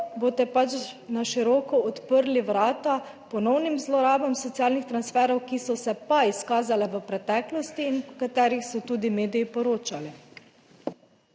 boste pač na široko odprli vrata ponovnim zlorabam socialnih transferov, ki so se pa izkazale v preteklosti in o katerih so tudi mediji poročali.